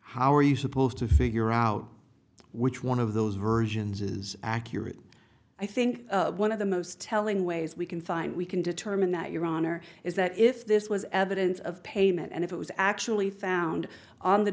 how are you supposed to figure out which one of those versions is accurate i think one of the most telling ways we can find we can determine that your honor is that if this was evidence of payment and if it was actually found on the